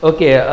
Okay